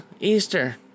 Easter